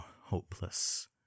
hopeless